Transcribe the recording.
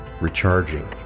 recharging